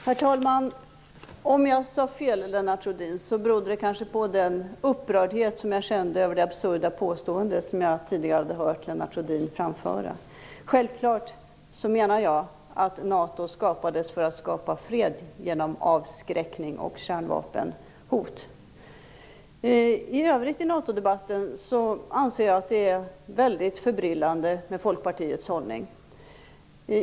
Herr talman! Om jag sade fel, Lennart Rohdin, berodde det kanske på den upprördhet som jag kände över det absurda påstående som jag tidigare hade hört Lennart Rohdin framföra. Självklart menade jag att NATO skapades för att skapa fred genom avskräckning och kärnvapenhot. I övrigt anser jag att Folkpartiets hållning i NATO-debatten är mycket förbryllande.